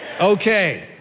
Okay